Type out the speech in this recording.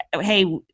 hey